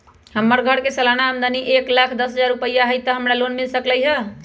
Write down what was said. हमर घर के सालाना आमदनी एक लाख दस हजार रुपैया हाई त का हमरा लोन मिल सकलई ह?